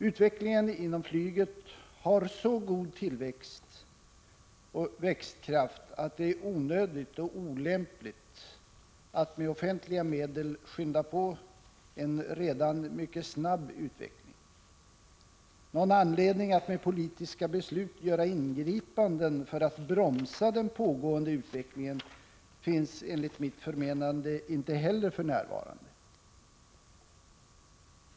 Utvecklingen inom flyget har så god växtkraft att det är onödigt och olämpligt att med offentliga medel skynda på en redan mycket snabb utveckling. Någon anledning att med politiska beslut göra ingripanden för att bromsa den pågående utvecklingen finns enligt mitt förmenande inte heller för närvarande.